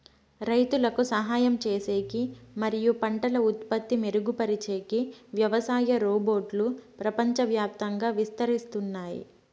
రైతులకు సహాయం చేసేకి మరియు పంటల ఉత్పత్తి మెరుగుపరిచేకి వ్యవసాయ రోబోట్లు ప్రపంచవ్యాప్తంగా విస్తరిస్తున్నాయి